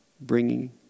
bringing